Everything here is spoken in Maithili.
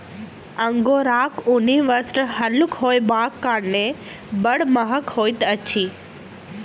अंगोराक ऊनी वस्त्र हल्लुक होयबाक कारणेँ बड़ महग होइत अछि